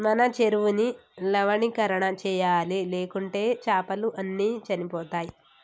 మన చెరువుని లవణీకరణ చేయాలి, లేకుంటే చాపలు అన్ని చనిపోతయ్